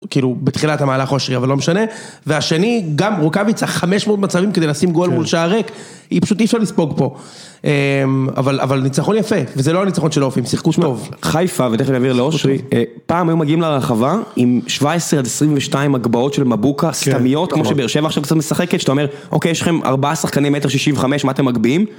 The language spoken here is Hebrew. כאילו, בתחילת המהלך, אושרי, אבל לא משנה. והשני, גם רוקאביצה 500 מצבים כדי לשים גול מול שער ריק. היא פשוט אי אפשר לספוג פה. אבל ניצחון יפה, וזה לא ניצחון של אופי. הם שיחקו טוב. חיפה, ותכף נעביר לאושרי. פעם היו מגיעים לרחבה עם 17 עד 22 הגבהות של מבוקה סתמיות, כמו שבאר שבע עכשיו משחקת, שאתה אומר, אוקיי, יש לכם 4 שחקני 1.65 מטר, מה אתם מגביהים?